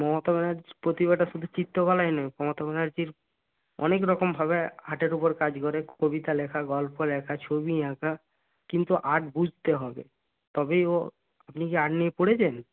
মমতা ব্যানার্জির প্রতিভাটা শুধু চিত্রকলায় নয় মমতা ব্যানার্জির অনেক রকমভাবে আর্টের উপর কাজ করে কবিতা লেখা গল্প লেখা ছবি আঁকা কিন্তু আর্ট বুঝতে হবে তবেই ও আপনি কি আর্ট নিয়ে পড়েছেন